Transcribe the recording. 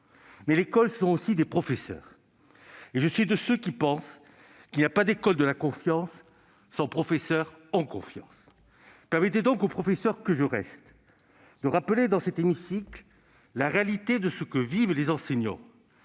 Mais l'école, ce sont aussi des professeurs, et je suis de ceux qui pensent qu'il n'y a pas d'école de la confiance sans professeurs en confiance. Permettez donc au professeur que je reste de rappeler dans cet hémicycle la réalité de ce que vivent les enseignants,